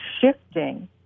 shifting